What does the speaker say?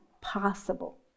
possible